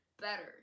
better